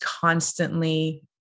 constantly